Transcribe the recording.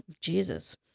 Jesus